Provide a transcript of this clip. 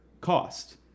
cost